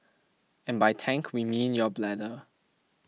and by tank we mean your bladder